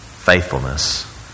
faithfulness